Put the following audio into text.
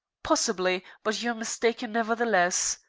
possibly but you're mistaken, nevertheless.